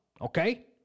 Okay